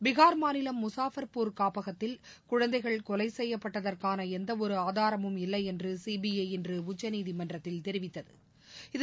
பீஹார் மாநிலம் முஸாஃபர்பூர் காப்பகத்தில் குழந்தைகள் கொலைசெய்யப்பட்டதற்கானஎந்தஒருஆதாரமும் இல்லையென்றுசிபிற இன்றுஉச்சநீதிமன்றத்தில் தெரிவித்தது